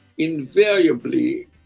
invariably